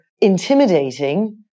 intimidating